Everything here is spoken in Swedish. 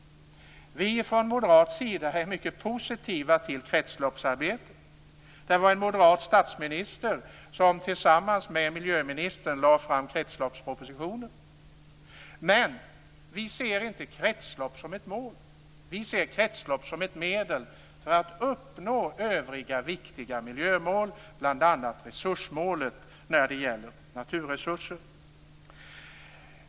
Vi moderater är mycket positiva till kretsloppsarbetet. Det var en moderat statsminister som tillsammans med miljöministern lade fram kretsloppspropositionen. Men vi ser inte kretslopp som ett mål. Vi ser det som ett medel för att uppnå övriga viktiga miljömål, bl.a. resursmålet när det gäller naturresurser.